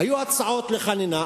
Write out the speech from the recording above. היו הצעות לחנינה.